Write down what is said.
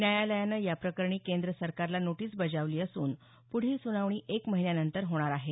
न्यायालयानं या प्रकरणी केंद्र सरकारला नोटीस बजावली असून प्ढील सूनावणी एक महिन्यानंतर होणार आहे